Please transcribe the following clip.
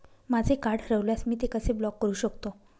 माझे कार्ड हरवल्यास मी ते कसे ब्लॉक करु शकतो?